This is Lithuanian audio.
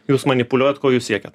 jūs manipuliuojat ko jūs siekiat